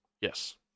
Yes